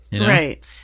Right